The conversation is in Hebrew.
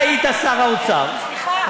אוהו,